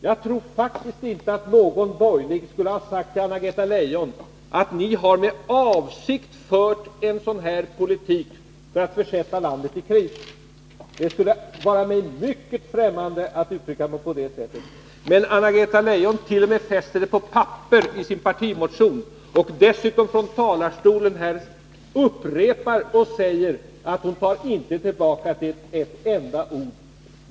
Jag tror faktiskt inte att någon borgerlig politiker skulle ha sagt till Anna-Greta Leijon att ni med avsikt skulle ha fört den här politiken, för att försätta landet i kris. Det skulle vara mig mycket främmande att uttrycka mig på det sättet. Men Anna-Greta Leijon t.o.m. fäster det på papper, i sin partimotion, och upprepar dessutom från denna talarstol att hon inte tar tillbaka ett enda ord.